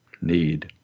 need